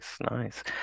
nice